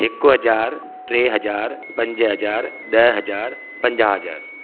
हिकु हज़ार टे हज़ार पंज हज़ार ॾह हज़ार पंजाहु हज़ार